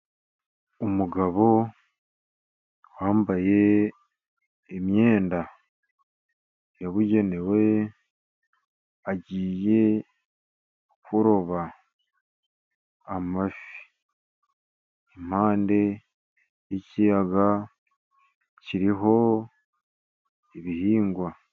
Umugabo wambaye imyenda yabugenewe, agiye kuroba amafi, impande y'ikiyaga kiriho ibihingwa.